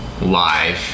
live